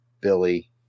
Billy